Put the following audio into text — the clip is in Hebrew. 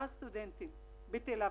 ילדים שהם סטודנטים ולומדים בתל אביב.